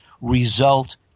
result